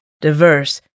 diverse